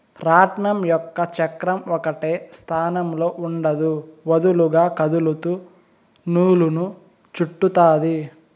రాట్నం యొక్క చక్రం ఒకటే స్థానంలో ఉండదు, వదులుగా కదులుతూ నూలును చుట్టుతాది